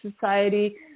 Society